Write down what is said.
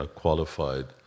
qualified